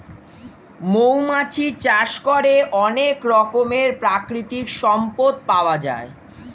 মৌমাছি চাষ করে অনেক রকমের প্রাকৃতিক সম্পদ পাওয়া যায়